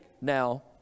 now